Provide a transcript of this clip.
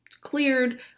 cleared